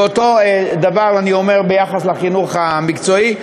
ואותו דבר אני אומר ביחס לחינוך המקצועי.